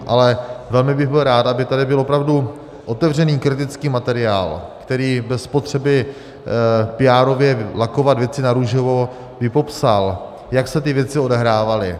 Ale velmi bych byl rád, aby tady byl opravdu otevřený kritický materiál, který bez potřeby píárově lakovat věci narůžovo by popsal, jak se ty věci odehrávaly.